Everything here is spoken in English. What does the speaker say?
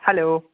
hello